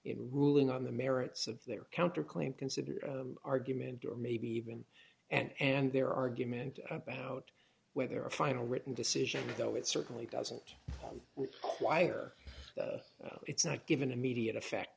in ruling on the merits of their counter claim considered argument or maybe even and their argument about whether a final written decision though it certainly doesn't require it's not given immediate effect